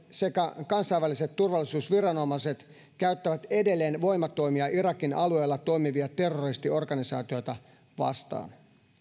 sekä kansainväliset turvallisuusviranomaiset käyttävät edelleen voimatoimia irakin alueella toimivia terroristiorganisaatioita vastaan